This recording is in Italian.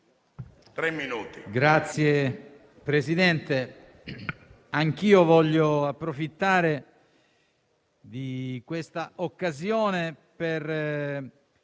Signor Presidente, anch'io voglio approfittare di questa occasione per